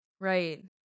Right